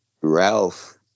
Ralph